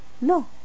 No